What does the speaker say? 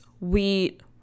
wheat